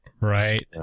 right